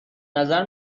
نظر